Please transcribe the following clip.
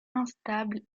instable